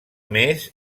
més